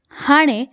हाणे